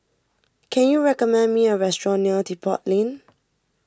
can you recommend me a restaurant near Depot Lane